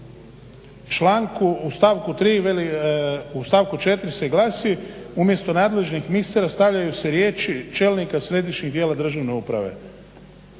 u stavku 4 se glasi umjesto nadležnih ministra stavljaju se riječi čelnika središnjih tijela državne uprave.